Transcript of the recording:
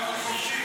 הוא יכול, חופשי.